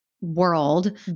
world